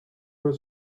were